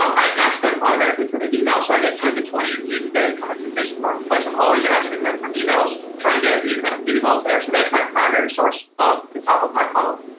um i ask them automatically for their email so i get ten to twenty leads a day coming through facebook marketplace. i'm always asking them for emails, trying to get emails there, so that's my primary source of the top of my funnel.